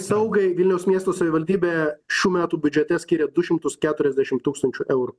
saugai vilniaus miesto savivaldybė šių metų biudžete skiria du šimtus keturiasdešim tūkstančių eurų